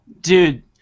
Dude